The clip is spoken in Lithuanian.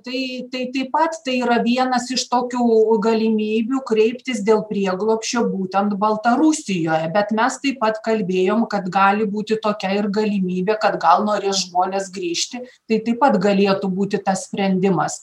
tai tai taip pat tai yra vienas iš tokių galimybių kreiptis dėl prieglobsčio būtent baltarusijoje bet mes taip pat kalbėjom kad gali būti tokia ir galimybė kad gal norės žmonės grįžti tai taip pat galėtų būti tas sprendimas